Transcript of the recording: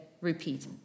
repeat